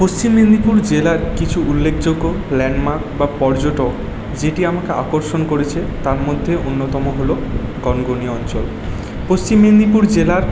পশ্চিম মেদিনীপুর জেলার কিছু উল্লেখযোগ্য ল্যান্ডমার্ক বা পর্যটক যেটি আমাকে আকর্ষণ করেছে তার মধ্যে অন্যতম হলো গনগনি অঞ্চল পশ্চিম মেদিনীপুর জেলার